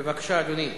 בבקשה, אדוני.